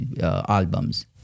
albums